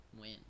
win